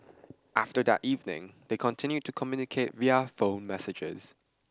after that evening they continued to communicate via phone messages